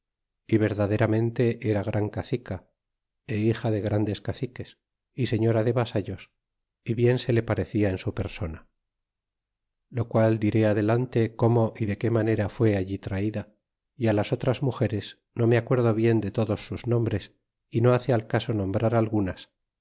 é verdaderamente era gran cacica e hija de grandes caciques y señora de vasallos y bien se le parecia en su persona lo qual diré adelante cómo y de qué manera fué allí traida y á las otras mugeres no me acuerdo bien de todos sus nombres y no hace al caso nombrar algunas